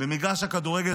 במגרש הכדורגל,